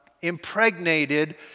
impregnated